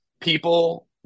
people